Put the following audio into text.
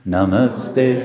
Namaste